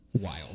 wild